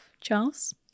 Charles